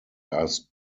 ask